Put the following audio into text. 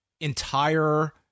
entire